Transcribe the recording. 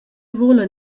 vulan